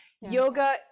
Yoga